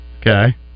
Okay